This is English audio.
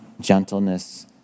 gentleness